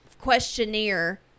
questionnaire